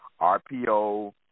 RPO